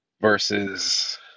versus